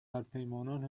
همپیمانان